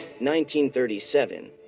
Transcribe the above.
1937